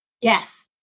Yes